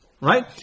Right